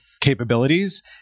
capabilities